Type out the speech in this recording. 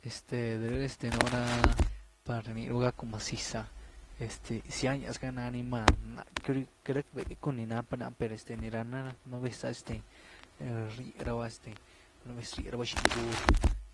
Este de rëh, este nú ra ni rny rabá par gácku maziz’ah este zyaniaz gá nani numá máh queity-queity rack bee dya cún ni naapany náh, per este ni rána nú vez’ah este ryé raba, este nú vez ryé rabá xiny gúr,